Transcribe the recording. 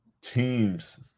teams